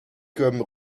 comme